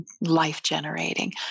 life-generating